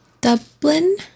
dublin